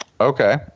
Okay